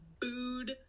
booed